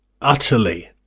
utterly